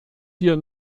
hier